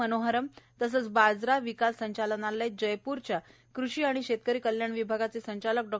मनोहरम तसेच बाजरा विकास संचालनालय जयप्रच्या कृषी आणि शेतकरी कल्याण विभागाचे संचालक डॉ